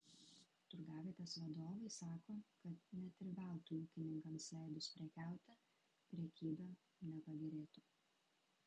turgavietės vadovai sako kad net ir veltui ūkininkams leidus prekiauti prekyba nepagerėtų